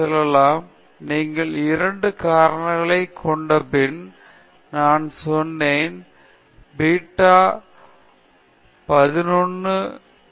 மாதிரிக்கு மீண்டும் செல்லலாம் நீங்கள் 2 காரணிகளைக் கொண்டிருப்பின் நான் சொன்னேன் நீங்கள் பீட்டா 11 x 1 சதுர பிளஸ் பீட்டா 22 x 2 ஸ்கொயர் வேண்டும்